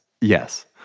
Yes